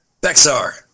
Bexar